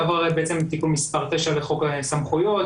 עבר תיקון מספר 9 לחוק הסמכויות